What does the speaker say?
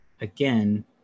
again